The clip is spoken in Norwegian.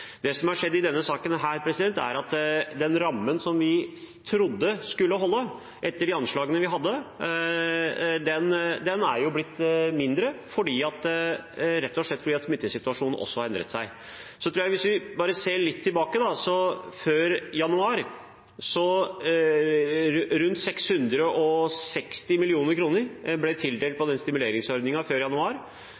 Det som har skjedd i denne saken, er at den rammen som vi trodde skulle holde etter de anslagene vi hadde, er blitt mindre, rett og slett fordi smittesituasjonen også har endret seg. Hvis vi bare ser litt tilbake, ble rundt 660 mill. kr tildelt i den stimuleringsordningen før januar. Alle som oppfylte vilkårene, fikk tilsagn, fordi det var satt av betraktelig med midler. Så